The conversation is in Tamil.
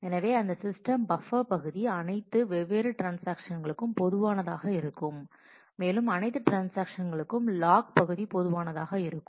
எனவே அந்த சிஸ்டம் பஃப்பர் பகுதி அனைத்து வெவ்வேறு ட்ரான்ஸாக்ஷன்ஸ்களுக்கும் பொதுவானதாக இருக்கும் மேலும் அனைத்து ட்ரான்ஸாக்ஷன்ஸ்களுக்கும் லாக் பகுதி பொதுவானதாக இருக்கும்